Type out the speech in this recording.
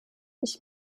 ich